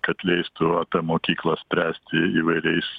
kad leistų apie mokyklą spręsti įvairiais